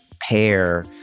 pair